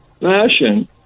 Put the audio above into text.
fashion